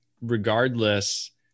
regardless